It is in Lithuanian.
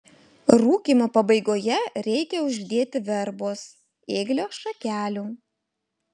rūkymo pabaigoje reikia uždėti verbos ėglio šakelių